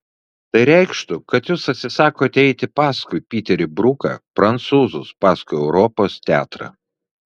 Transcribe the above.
tai reikštų kad jūs atsisakote eiti paskui piterį bruką prancūzus paskui europos teatrą